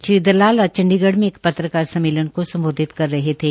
श्री दलाल ने आज चंडीगढ़ में एक पत्रकार सम्मेलन को सम्बोधित कर रहे थे